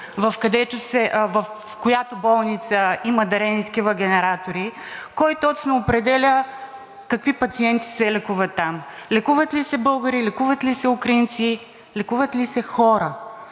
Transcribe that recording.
в която болница има дарени такива генератори, кой точно определя какви пациенти се лекуват там – лекуват ли се българи, лекуват ли се украинци, лекуват ли се хора.